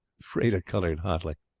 freda coloured hotly.